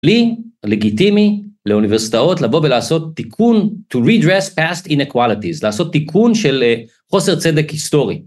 לי, לגיטימי, לאוניברסיטאות, לבוא ולעשות תיקון של חוסר צדק היסטורי.